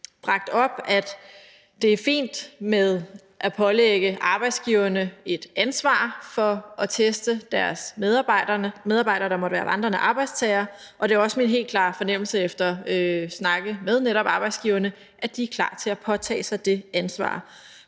bragt op, at det er fint at pålægge arbejdsgiverne et ansvar for at teste deres medarbejdere, der måtte være vandrende arbejdstagere, og det er også min helt klare fornemmelse efter snakke med netop arbejdsgiverne, at de er klar til at påtage sig det ansvar.